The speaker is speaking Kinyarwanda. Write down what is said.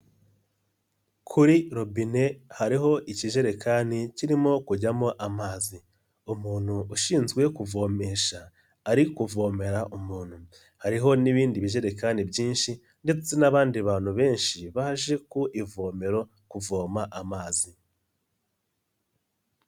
Kuri robine hariho ikijerekani kirimo kujyamo amazi, umuntu ushinzwe kuvomesha ari kuvomera umuntu, hariho n'ibindi bizerekani byinshi ndetse n'abandi bantu benshi baje ku ivomero kuvoma amazi.